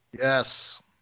Yes